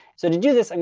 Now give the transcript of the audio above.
so to do this, and